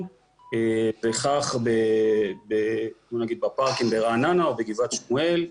וכך בפארקים ברעננה או בגבעת שמואל,